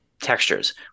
textures